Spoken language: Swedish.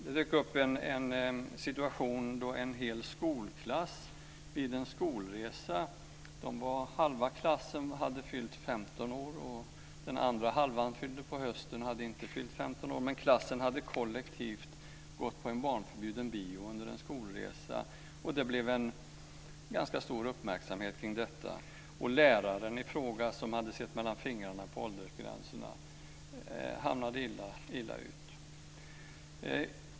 Det dök upp en situation då en hel skolklass var på skolresa. Halva klassen hade fyllt 15 år och den andra halvan fyllde på hösten och hade alltså inte fyllt 15 år. Men klassen hade kollektivt gått på en barnförbjuden bio under skolresan. Det blev ganska stor uppmärksamhet kring detta och läraren i fråga, som hade sett mellan fingrarna med åldersgränsen, råkade illa ut.